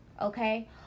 okay